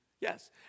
Yes